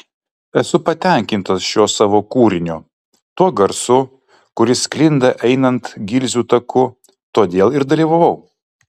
esu patenkinta šiuo savo kūriniu tuo garsu kuris sklinda einant gilzių taku todėl ir dalyvavau